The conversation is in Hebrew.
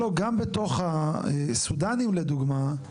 לא לא, גם בתוך הסודנים לדוגמא,